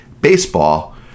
baseball